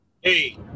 Hey